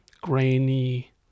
grainy